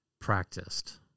practiced